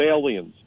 aliens